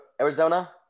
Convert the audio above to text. Arizona